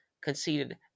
conceded